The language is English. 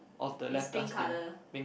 is pink colour